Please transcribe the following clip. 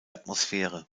atmosphäre